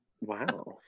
wow